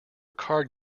card